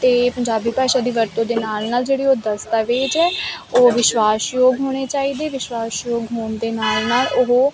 ਅਤੇ ਪੰਜਾਬੀ ਭਾਸ਼ਾ ਦੀ ਵਰਤੋਂ ਦੇ ਨਾਲ ਨਾਲ ਜਿਹੜੇ ਉਹ ਦਸਤਾਵੇਜ਼ ਹੈ ਉਹ ਵਿਸ਼ਵਾਸਯੋਗ ਹੋਣੇ ਚਾਹੀਦੇ ਵਿਸ਼ਵਾਸਯੋਗ ਹੋਣ ਦੇ ਨਾਲ ਨਾਲ ਉਹ